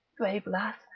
brave lass,